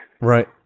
Right